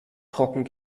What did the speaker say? trocken